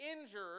injured